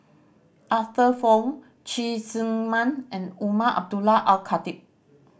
Arthur Fong Cheng Tsang Man and Umar Abdullah Al Khatib